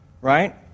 right